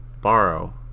borrow